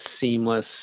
seamless